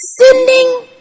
sending